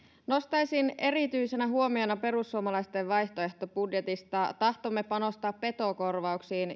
nostaisin erityisenä huomiona perussuomalaisten vaihtoehtobudjetista tahtomme panostaa petokorvauksiin